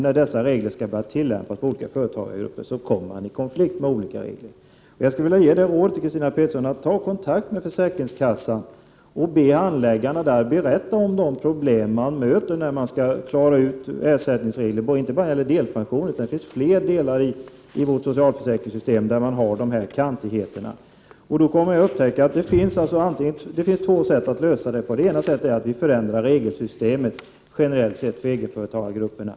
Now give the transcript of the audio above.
När reglerna sedan skall börja tillämpas på olika företagargrupper kommer man i konflikt med olika regler. Jag skulle vilja råda Christina Pettersson att ta kontakt med försäkringskassan. Be handläggarna där redogöra för de problem som de stöter på när de skall klara tillämpningen av ersättningsreglerna, inte bara när det gäller delpensionen utan också när det gäller andra delar i socialförsäkringssystemet där sådana här kantigheter förekommer. Man kan lösa problemet på två sätt. Endera kan man förändra regelsystemet rent generellt för egenföretagargrupperna.